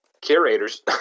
Curators